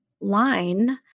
line